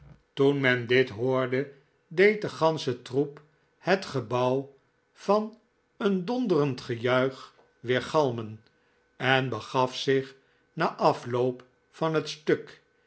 toen men dit hoorde deed de gansche troep het peoces het gebouw van een donderend gejuich weergalmen en begaf zich na afloop van h et stuk